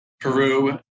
Peru